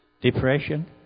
Depression